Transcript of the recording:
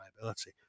liability